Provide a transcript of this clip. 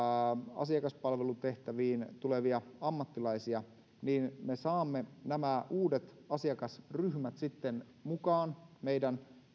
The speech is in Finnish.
asiakaspalvelutehtäviin tulevia ammattilaisia niin me saamme nämä uudet asiakasryhmät sitten mukaan meidän